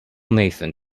nathan